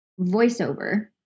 voiceover